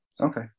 Okay